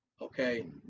Okay